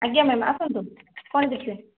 ଆଜ୍ଞା ମ୍ୟାମ୍ ଆସନ୍ତୁ କ'ଣ ଦେଖିବେ